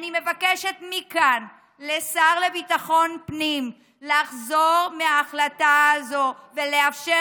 אני מבקשת מכאן מהשר לביטחון פנים לחזור מההחלטה הזו ולאפשר